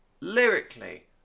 Lyrically